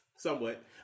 Somewhat